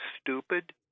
stupid